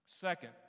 Second